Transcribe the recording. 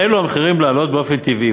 החלו המחירים לעלות באופן טבעי,